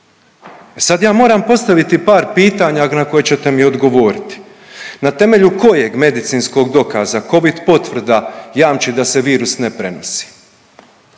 sad ja moram postaviti par pitanja na koja ćete mi odgovoriti, na temelju kojeg medicinskog dokaza covid potvrda jamči da se virus ne prenosi?